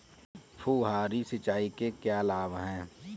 फुहारी सिंचाई के क्या लाभ हैं?